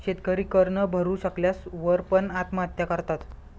शेतकरी कर न भरू शकल्या वर पण, आत्महत्या करतात